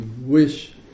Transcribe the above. wish